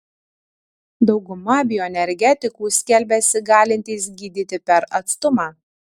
dauguma bioenergetikų skelbiasi galintys gydyti per atstumą